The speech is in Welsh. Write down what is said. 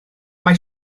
mae